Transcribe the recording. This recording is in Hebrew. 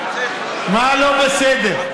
מה לא בסדר?